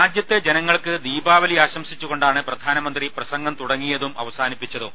രാജ്യത്തെ ജനങ്ങൾക്ക് ദീപാവലി ആശംസിച്ചുകൊണ്ടാണ് പ്രധാനമന്ത്രി പ്രസംഗം തുടങ്ങിയതും അവസാനിപ്പിച്ചതും